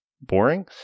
boring